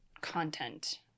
content